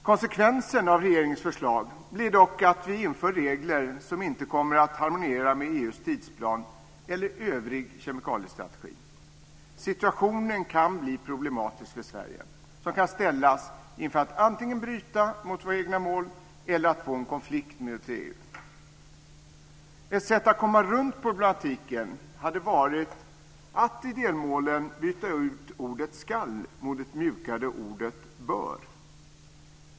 Konsekvensen av regeringens förslag blir dock att vi inför regler som inte kommer att harmoniera med EU:s tidsplan eller övrig kemikaliestrategi. Situationen kan bli problematisk för Sverige, som kan ställas inför att antingen bryta mot våra egna mål eller att få en konflikt med EU. Ett sätt att komma runt problematiken hade varit att i delmålen byta ut ordet skall mot det mjukare ordet bör.